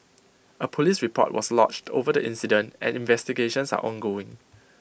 A Police report was lodged over the incident and investigations are ongoing